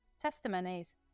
testimonies